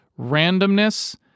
randomness